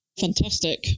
Fantastic